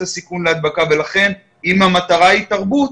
הסיכון להדבקה ולכן אם המטרה היא תרבות